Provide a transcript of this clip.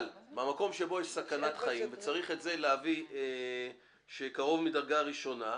אבל במקום שבו יש סכנת חיים של קרוב מדרגה ראשונה,